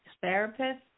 therapist